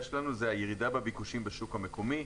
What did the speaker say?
שלנו היא הירידה בביקושים בשוק המקומי,